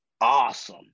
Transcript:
awesome